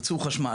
ייצור חשמל,